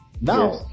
Now